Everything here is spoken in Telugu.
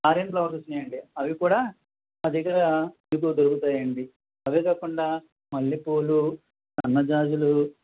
ఆరంజ్ ఫ్లవర్స్ వస్తున్నాయండీ అవి కూడా మా దగ్గర ఇప్పుడు దొరుకుతాయండీ అవే కాకుండా మల్లెపూలు సన్నజాజులు